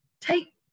Take